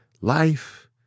Life